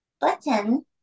Button